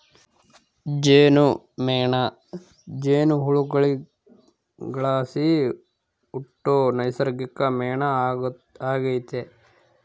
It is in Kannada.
ಜೇನುಮೇಣ ಜೇನುಹುಳುಗುಳ್ಲಾಸಿ ಹುಟ್ಟೋ ನೈಸರ್ಗಿಕ ಮೇಣ ಆಗೆತೆ